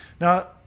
now